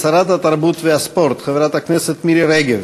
מתכבד להזמין את שרת התרבות והספורט חברת הכנסת מירי רגב